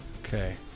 Okay